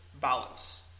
balance